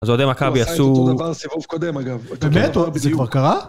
אז אוהדי מכבי עשו... סיבוב קודם אגב, באמת? זה כבר קרה?